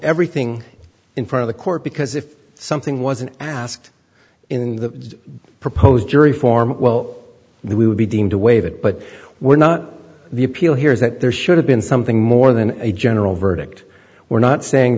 everything in front of the court because if something wasn't asked in the proposed jury form well we would be deemed to waive it but we're not the appeal here is that there should have been something more than a general verdict we're not saying